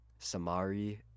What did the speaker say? Samari